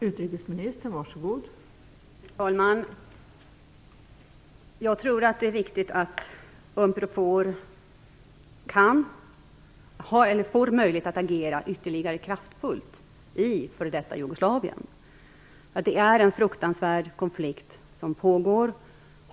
Fru talman! Jag tror att det är viktigt att Unprofor får möjlighet att agera ytterligare kraftfullt i f.d. Jugoslavien. Det är en fruktansvärd konflikt som pågår.